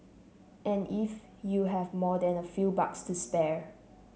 and if you have more than a few bucks to spare